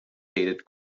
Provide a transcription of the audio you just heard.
dated